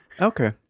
Okay